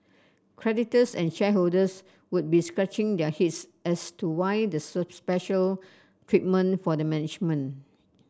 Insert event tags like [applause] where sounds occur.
creditors and shareholders would be scratching their heads as to why the [unintelligible] special treatment for the management